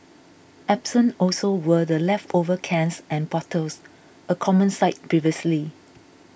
absent also were the leftover cans and bottles a common sight previously